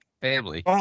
Family